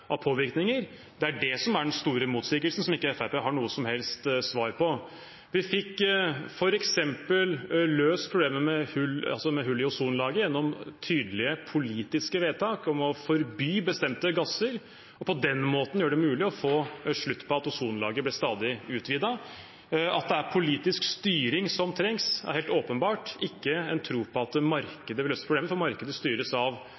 av påvirkninger, er den store motsigelsen som Fremskrittspartiet ikke har noe som helst svar på. Vi fikk f.eks. løst problemet med hull i ozonlaget gjennom tydelige politiske vedtak om å forby bestemte gasser, noe som gjorde det mulig å få slutt på at hullet i ozonlaget stadig ble utvidet. At det er politisk styring som trengs, er helt åpenbart – ikke en tro på at markedet vil løse problemet, for markedet styres av